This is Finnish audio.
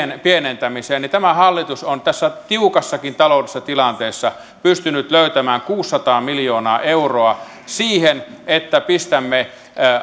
pienentämiseen niin tämä hallitus on tässä tiukassakin taloudellisessa tilanteessa pystynyt löytämään kuusisataa miljoonaa euroa siihen että pistämme